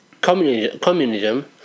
communism